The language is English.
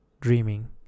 dreaming